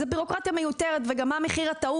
זו בירוקרטיה מיותרת, וגם מה מחיר הטעות?